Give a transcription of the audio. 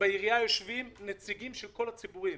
בעירייה יושבים נציגים של כל הציבורים,